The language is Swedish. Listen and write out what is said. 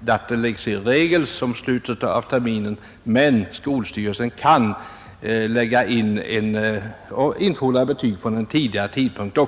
det som regel blir i slutet av terminen men att skolstyrelsen kan infordra betyg från en tidigare tidpunkt.